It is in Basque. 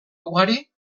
ugari